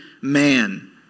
man